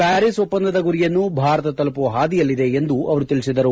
Paris ಒಪ್ಪಂದದ ಗುರಿಯನ್ನು ಭಾರತ ತಲುಪುವ ಹಾದಿಯಲ್ಲಿದೆ ಎಂದು ಅವರು ತಿಳಿಸಿದರು